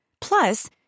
Plus